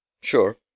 Sure